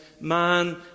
Man